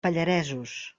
pallaresos